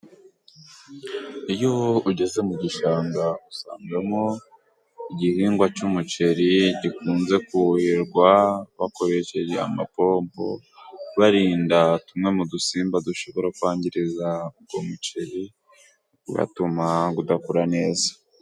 Iyo ugeze mu gishanga usangamo igihingwa c'umuceri gikunze kuhirwa bakoresheje amapopo, barinda tumwe mu dusimba dushobora kwangiriza ugo muceri ugatuma udakura neza.